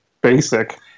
basic